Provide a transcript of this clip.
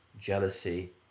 jealousy